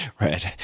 Right